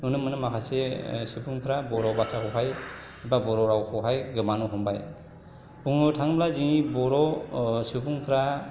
नुनो मोनो माखासे सुबुंफ्रा बर' भाषाखौहाय एबा बर' रावखौहाय खोमानो हमबाय बुंनो थाङोब्ला जोंनि बर' सुबुंफ्रा